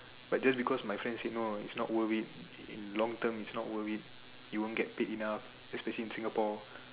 but just because my friend said no it's not worth it in long term it's not worth it you won't get paid enough especially in Singapore